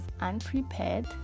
unprepared